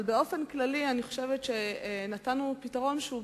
אבל באופן כללי, אני חושבת שנתנו פתרון שהוא,